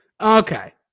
Okay